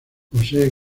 posee